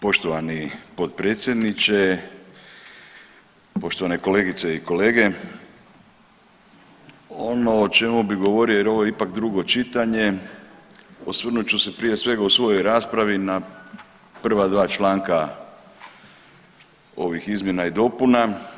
Poštovani potpredsjedniče, poštovane kolegice i kolege ono o čemu bi govorio jer ovo je ipak drugo čitanje osvrnut ću se prije svega u svojoj raspravi na prva dva članka ovih izmjena i dopuna.